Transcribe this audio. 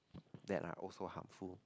that are also harmful